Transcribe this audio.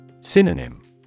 Synonym